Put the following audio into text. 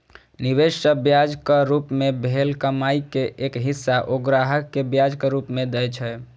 निवेश सं ब्याजक रूप मे भेल कमाइ के एक हिस्सा ओ ग्राहक कें ब्याजक रूप मे दए छै